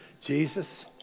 Jesus